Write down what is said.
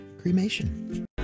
cremation